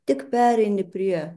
tik pereini prie